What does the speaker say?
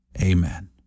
Amen